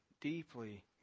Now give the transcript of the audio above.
deeply